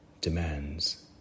demands